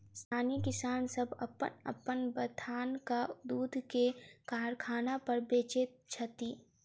स्थानीय किसान सभ अपन अपन बथानक दूध के कारखाना पर बेचैत छथि